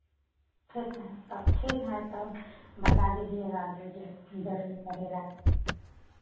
ठीक है तब ठीक है तो बता दीजिएगा जो जो जरूरत पड़ेगा